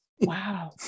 wow